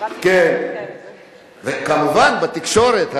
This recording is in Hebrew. כמובן בתקשורת.